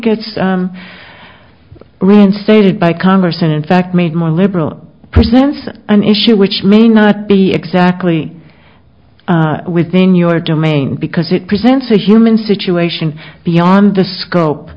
gets reinstated by congress and in fact made more liberal presents an issue which may not be exactly within your domain because it presents a human situation beyond the scope